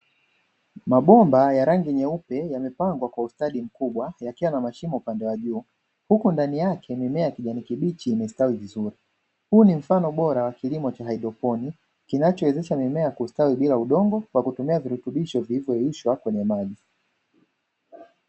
Mabomba ya rangi nyeupe yamepangwa kwa ustadi mkubwa, yakiwa na mashimo upande wa juu. Huku ndani yake mimea ya kijani kibichi yamestawi vizuri. Huu ni mfano bora wakilimo cha hydroponi, kinachowezesha mimea kustawi bila udongo, kwa kutumia virutubisho vilivyoyeyushwa kwenye maji.